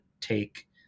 take